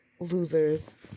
losers